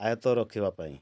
ଆୟତ ରଖିବା ପାଇଁ